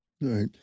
Right